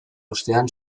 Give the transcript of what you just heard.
ostean